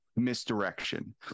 misdirection